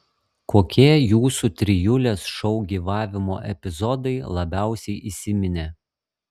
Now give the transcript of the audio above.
kokie jūsų trijulės šou gyvavimo epizodai labiausiai įsiminė